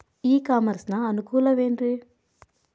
E commerce ನ ಅನುಕೂಲವೇನ್ರೇ?